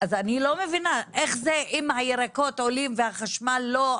אני לא מבינה איך זה אם הירקות עולים והחשמל לא,